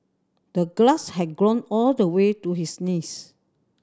the grass had grown all the way to his knees